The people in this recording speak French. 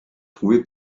trouvé